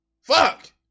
Fuck